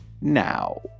now